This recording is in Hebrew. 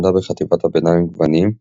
למדה בחטיבת הביניים "גוונים",